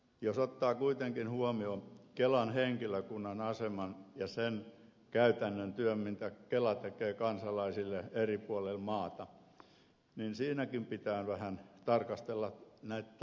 jos ottaa kuitenkin huomioon kelan henkilökunnan aseman ja sen käytännön työn mitä kela tekee kansalaisten hyväksi eri puolilla maata niin siinäkin pitää vähän tarkastella näitä tämän talon käytäntöjä